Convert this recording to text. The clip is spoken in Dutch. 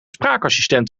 spraakassistent